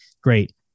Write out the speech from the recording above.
Great